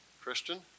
Christian